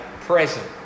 present